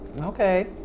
Okay